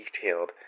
detailed